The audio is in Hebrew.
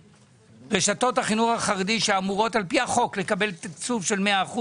רשתות החינוך החרדי שאמורות על פי החוק לקבל תקצוב של 100%,